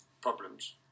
problems